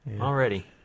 Already